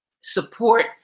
support